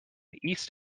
east